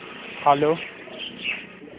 hello